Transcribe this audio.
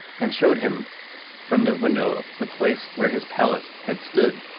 and showed him from the window the place where his palace had stood.